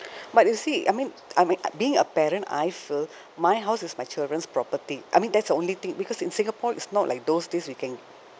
but you see I mean I mean being a parent I feel my house is my children's property I mean that's the only thing because in singapore it's not like those days we can